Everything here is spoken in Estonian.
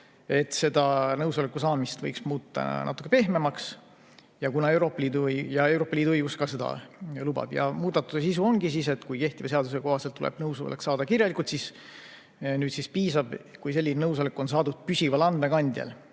et nõusoleku saamist võiks muuta natukene pehmemaks, kuna Euroopa Liidu õigus seda lubab. Muudatuse sisu ongi, et kui kehtiva seaduse kohaselt tuleb nõusolek saada kirjalikult, siis nüüd piisab, kui selline nõusolek on saadud püsival andmekandjal,